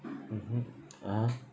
mmhmm (uh huh)